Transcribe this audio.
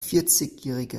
vierzigjähriger